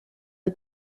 del